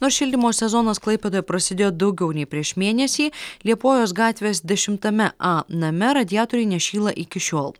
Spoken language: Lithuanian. nors šildymo sezonas klaipėdoje prasidėjo daugiau nei prieš mėnesį liepojos gatvės dešimtame a name radiatoriai nešyla iki šiol